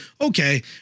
okay